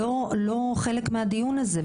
הוא לא חלק מהדיון הזה,